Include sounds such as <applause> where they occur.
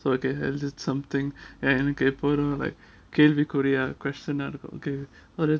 so okay I did something எனக்கு எப்போதும்:enaku epodhum like கேள்வி குறியா:kelvi kuria question <laughs> ஒரு:oru